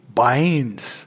binds